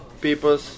people